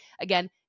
Again